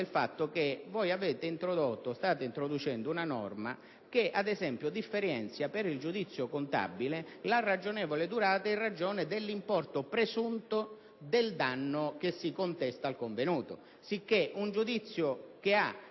del fatto che voi state introducendo una norma che, ad esempio, differenzia per il giudizio contabile la ragionevole durata in ragione dell'importo presunto del danno che si contesta al convenuto: